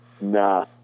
Nah